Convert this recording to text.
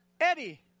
Eddie